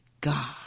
God